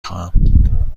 خواهم